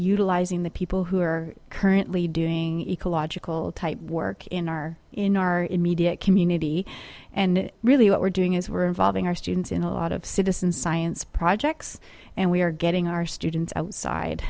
utilizing the people who are currently doing ecological type work in our in our immediate community and really what we're doing is we're involving our students in a lot of citizen science projects and we are getting our students outside